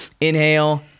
inhale